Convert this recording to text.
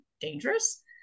dangerous